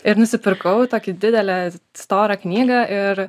ir nusipirkau tokią didelę storą knygą ir